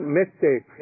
mistake